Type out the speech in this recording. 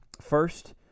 First